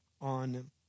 on